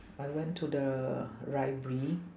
I went to the library